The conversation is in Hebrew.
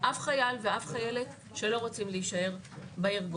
אף חייל ואף חיילת שלא רוצים להישאר בארגון.